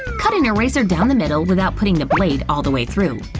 cut an eraser down the middle without putting the blade all the way through.